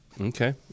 okay